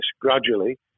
gradually